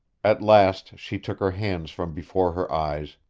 at last she took her hands from before her eyes,